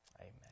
Amen